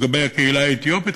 לגבי הקהילה האתיופית,